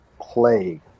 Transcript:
plague